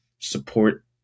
support